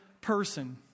person